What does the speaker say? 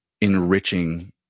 enriching